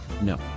No